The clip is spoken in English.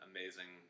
Amazing